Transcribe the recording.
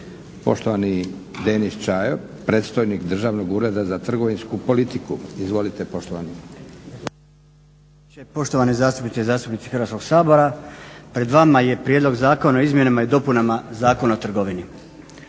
Poštovani Denis Čajo, predstojnik Državnog ureda za trgovinsku politiku. Izvolite poštovani